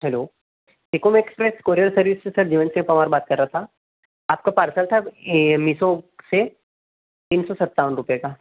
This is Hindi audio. hello Ecom express courier service से सर दिव्यांकर पवार बात कर रहा था आपका पार्सल था ये मीसो से तीन सौ सत्तावन रुपए का